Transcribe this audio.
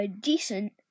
decent